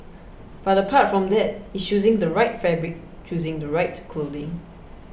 but apart from that it's choosing the right fabric choosing the right clothing